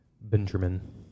Benjamin